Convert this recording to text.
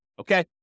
Okay